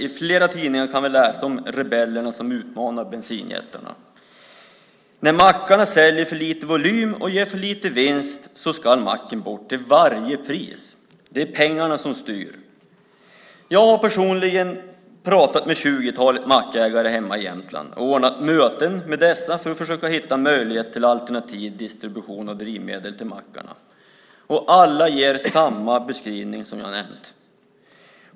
I flera tidningar kan vi läsa om rebellerna som utmanar bensinjättarna. När mackarna säljer för lite volym och ger för lite vinst ska macken bort till varje pris. Det är pengarna som styr. Jag har personligen pratat med tjugotalet mackägare hemma i Jämtland och ordnat möten med dessa för att försöka hitta möjligheter till alternativ distribution av drivmedel till mackarna. Alla ger samma beskrivning som jag har nämnt.